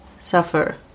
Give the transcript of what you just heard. suffer